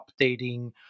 updating